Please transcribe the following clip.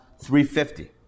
350